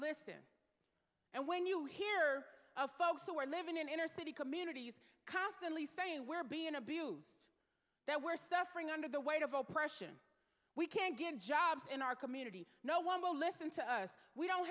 listen and when you hear of folks who are living in inner city communities constantly saying we're being abuse that we're suffering under the weight of oppression we can't get jobs in our community no one will listen to us we don't